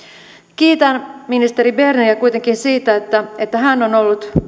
kiitän ministeri berneriä kuitenkin siitä että että hän on ollut